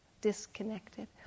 disconnected